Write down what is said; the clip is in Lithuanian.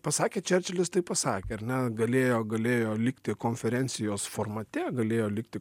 pasakė čerčilis tai pasakė ar ne galėjo galėjo likti konferencijos formate galėjo likti